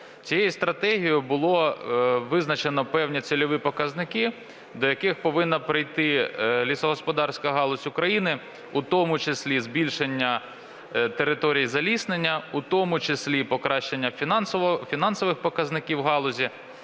Цією стратегією було визначено певні цільові показники, до яких повинна прийти лісогосподарська галузь України, у тому числі збільшення території заліснення, у тому числі покращення фінансових показників галузі.